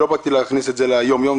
לא באתי להכניס את זה ליומיום,